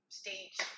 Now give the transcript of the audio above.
stage